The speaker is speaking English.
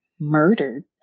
murdered